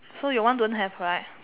so your one don't have right